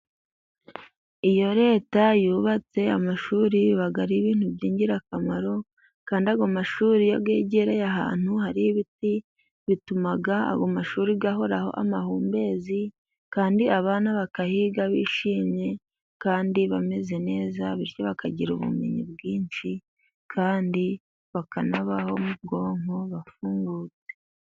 Iyo leta yubatse amashuri biba ari ibintu by'ingirakamaro, kandi ayo mashuri iyo yegereye ahantu hari ibiti bituma ayo mashuri ahoraho amahumbezi, kandi abana bakahiga bishimye kandi bameze neza, bityo bakagira ubumenyi bwinshi kandi bakanabaho ubwonko bafungutse.